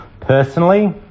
Personally